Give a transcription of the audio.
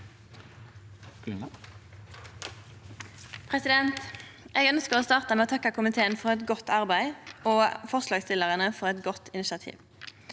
for saka): Eg ønskjer å starte med å takke komiteen for eit godt arbeid og forslagsstillarane for eit godt initiativ.